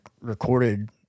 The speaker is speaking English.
recorded